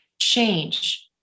change